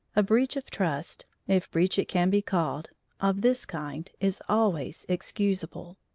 a breach of trust if breach it can be called of this kind is always excusable.